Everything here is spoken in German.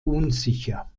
unsicher